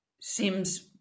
seems